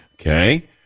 Okay